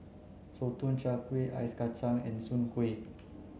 Sotong Char Kway Ice Kacang and Soon Kway